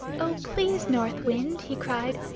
oh! please, north wind, he cried,